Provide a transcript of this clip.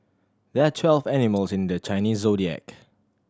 there are twelve animals in the Chinese Zodiac